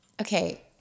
okay